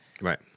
Right